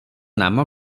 ନାମ